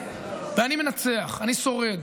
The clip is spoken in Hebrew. ואני מנצח, אני שורד.